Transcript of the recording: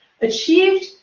achieved